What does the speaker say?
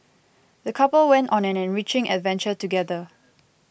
the couple went on an enriching adventure together